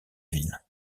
ville